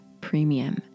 premium